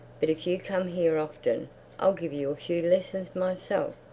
but if you come here often i'll give you a few lessons myself.